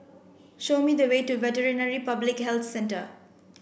show me the way to Veterinary Public Health Centre